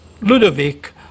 Ludovic